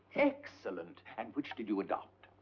excellent! and which did you adopt?